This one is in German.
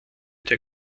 der